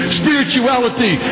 spirituality